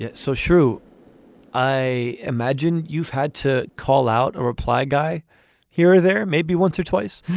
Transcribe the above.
yeah so shrew i imagine you've had to call out a reply guy here are there maybe once or twice.